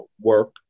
work